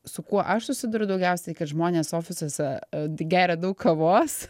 su kuo aš susiduriu daugiausiai kad žmonės ofisuose geria daug kavos